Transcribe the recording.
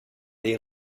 les